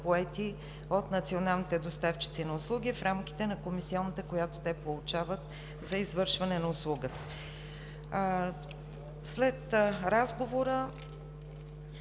поети от националните доставчици на услуги в рамките на комисионата, която те получават за извършване на услугата. След разговора